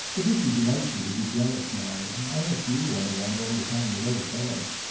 it isn't like you to be jealous, marion. i let you run around all the time with other fellows,